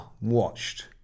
watched